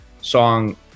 song